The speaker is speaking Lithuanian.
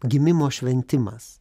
gimimo šventimas